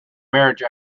marriage